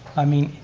i mean,